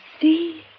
see